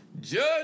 judge